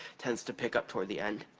tends to pick up toward the end.